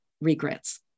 regrets